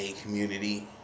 community